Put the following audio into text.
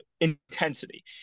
intensity